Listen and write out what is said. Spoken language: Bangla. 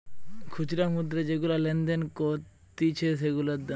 খুচরা মুদ্রা যেগুলা লেনদেন করতিছে সেগুলার দাম